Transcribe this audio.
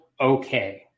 okay